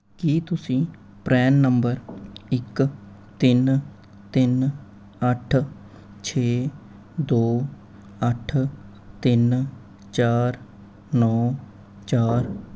ਕੀ ਤੁਸੀਂ PRAN number ਇੱਕ ਤਿੰਨ ਤਿੰਨ ਅੱਠ ਛੇ ਦੋ ਅੱਠ ਤਿੰਨ ਚਾਰ ਨੌ ਚਾਰ